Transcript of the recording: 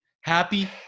Happy